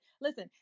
Listen